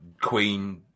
queen